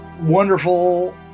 wonderful